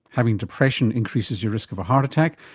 having depression increases your risk of a heart attack,